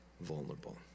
vulnerable